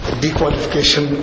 dequalification